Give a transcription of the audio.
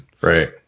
Right